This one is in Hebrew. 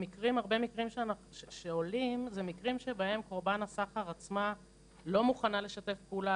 הרבה מקרים שעולים הם מקרים שבהם קורבן הסחר עצמה לא מוכנה לשתף פעולה,